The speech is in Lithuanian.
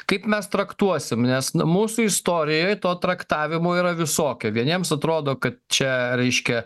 kaip mes traktuosim nes nu mūsų istorijoj to traktavimo yra visokio vieniems atrodo kad čia raiškia